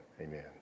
Amen